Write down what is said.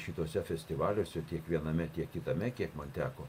šituose festivaliuose tiek viename tiek kitame kiek man teko